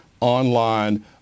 online